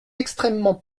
extrêmement